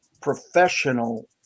professional